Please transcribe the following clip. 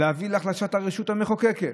להביא להחלשת הרשות המחוקקת,